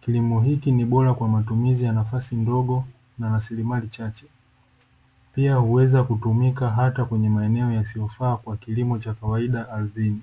Kilimo hiki ni bora kwa matumizi ya nafasi ndogo na rasilimali chache. Pia, huweza kutumika hata kwenye maeneo yasiyofaa kwa kilimo cha kawaida ardhini.